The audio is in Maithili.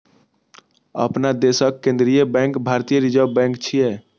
अपना देशक केंद्रीय बैंक भारतीय रिजर्व बैंक छियै